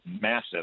massive